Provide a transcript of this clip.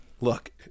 look